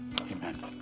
Amen